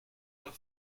leur